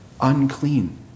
unclean